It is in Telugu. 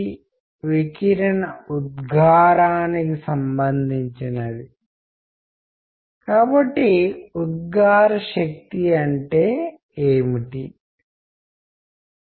మనం ఈ కోర్స్ లో కొనసాగుతున్నప్పుడు దానికి సంబంధించిన కొన్ని సరదా ఆటలు ఉంటాయని ఆశిస్తున్నాను కానీ ఓవర్వర్ట్ స్పష్టంగా ఉంటుంది కోవర్ట్ రహస్యంగాcovert అంటే మీరు కమ్యూనికేట్ చేయవద్దు అనుకునేది